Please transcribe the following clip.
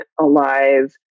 alive